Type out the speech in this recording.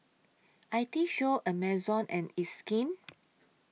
I T Show Amazon and It's Skin